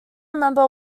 remember